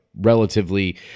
relatively –